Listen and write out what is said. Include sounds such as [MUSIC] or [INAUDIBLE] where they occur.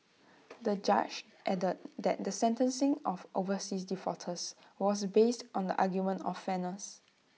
[NOISE] the judge added that the sentencing of overseas defaulters was based on the argument of fairness